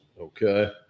okay